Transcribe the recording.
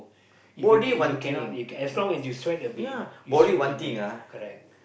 if you if you cannot you can as long as you sweat a bit you sweat a bit just correct